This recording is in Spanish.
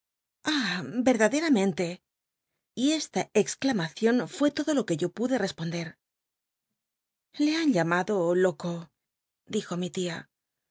l y esta cxclamacion fuó lodo lo que yo pude responder le han llamado loco dijo mi tia